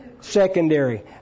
secondary